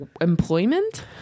employment